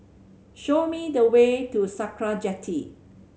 show me the way to Sakra Jetty